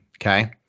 Okay